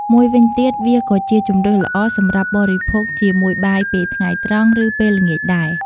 មួយវិញទៀត វាក៏ជាជម្រើសល្អសម្រាប់បរិភោគជាមួយបាយពេលថ្ងៃត្រង់ ឬពេលល្ងាចដែរ។